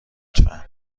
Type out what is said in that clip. لطفا